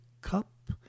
cup